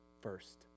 first